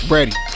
Ready